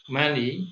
money